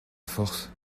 force